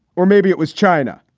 or maybe it was china.